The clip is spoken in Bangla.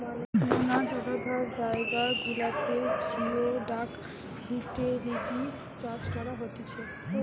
নোনা জলাধার জায়গা গুলাতে জিওডাক হিটেলিডি চাষ করা হতিছে